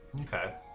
Okay